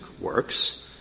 works